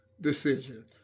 decision